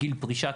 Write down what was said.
גיל פרישה,